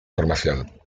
formación